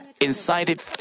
incited